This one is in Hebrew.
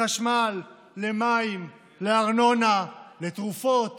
לחשמל, למים, לארנונה, לתרופות